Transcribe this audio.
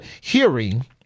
hearing